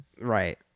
right